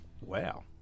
wow